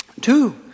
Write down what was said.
two